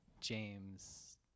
James